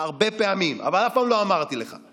הרבה פעמים, אבל אף פעם לא אמרתי לך.